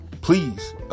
please